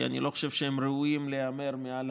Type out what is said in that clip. כי אני לא חושב שהם ראויים להיאמר מעל